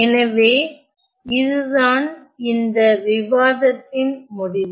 எனவே இதுதான் இந்த விவாதத்தின் முடிவு